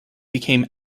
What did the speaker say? became